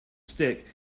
stick